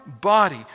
body